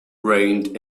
rained